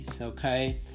Okay